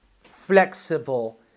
flexible